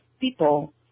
people